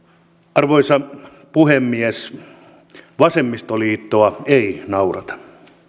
arvoisa puhemies vasemmistoliittoa ei naurata